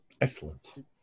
Excellent